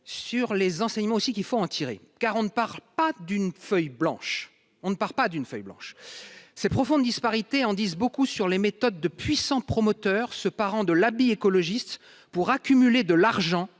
sur les enseignements aussi qu'il faut en tirer, car on ne part pas d'une feuille blanche, on ne part pas d'une feuille blanche, ses profondes disparités en disent beaucoup sur les méthodes de puissants promoteurs se parent de l'habit écologistes pour accumuler de l'argent